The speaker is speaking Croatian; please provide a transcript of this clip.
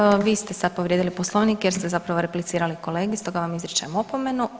Dobro, ok, vi ste sad povrijedili Poslovnik jer ste zapravo replicirali kolegi, stoga vam izričem opomenu.